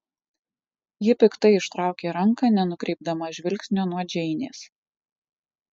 ji piktai ištraukė ranką nenukreipdama žvilgsnio nuo džeinės